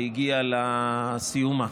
שהגיעה לסיומה.